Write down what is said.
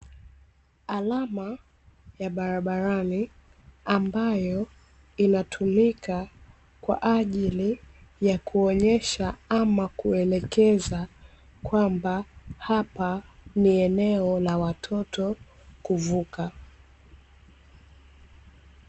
Alama ya barabarani, ambayo inatumika kwa ajili ya kuonyesha ama kuelekeza kwamba hapa ni eneo la watoto kuvuka.